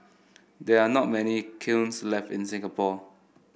there are not many kilns left in Singapore